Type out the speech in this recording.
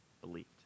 believed